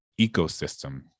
ecosystem